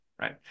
right